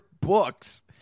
books